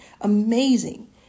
Amazing